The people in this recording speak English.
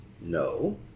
No